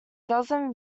dozen